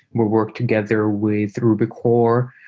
we work together with ruby core,